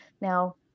now